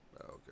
Okay